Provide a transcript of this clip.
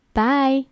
bye